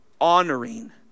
honoring